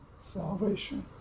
salvation